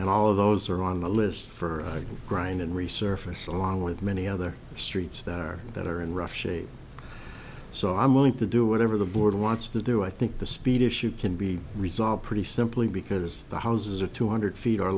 and all of those are on the list for the grind and resurface along with many other streets that are that are in rough shape so i'm willing to do whatever the board wants to do i think the speed issue can be resolved pretty simply because the house is a two hundred feet or